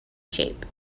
shape